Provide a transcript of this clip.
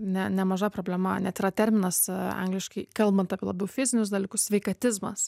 ne nemaža problema net yra terminas angliškai kalbant apie labiau fizinius dalykus sveikatizmas